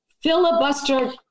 filibuster